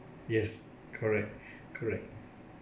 yes correct correct